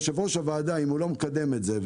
אם יושב-ראש הוועדה לא מקדם את זה,